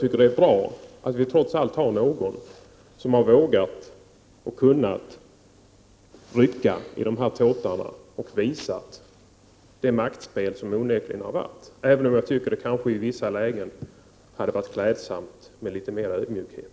min mening bra att vi trots allt har någon som har vågat och kunnat rycka i dessa tåtar och visa på det maktspel som onekligen har förekommit. Trots detta anser jag att det i vissa lägen hade varit klädsamt med litet mera av ödmjukhet.